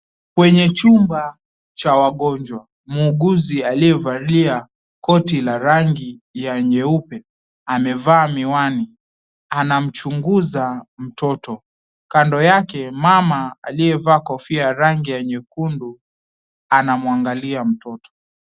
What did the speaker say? Kwenye chumba cha wagonjwa. Muuguzi aliyevalia koti la rangi ya nyeupe amevaa miwani. Anamchunguza mtoto. Kando yake mama aliyevaa kofia ya rangi ya nyekundu anamwangalia mtoto.